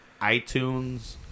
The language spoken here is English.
iTunes